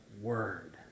word